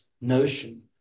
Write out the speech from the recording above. notion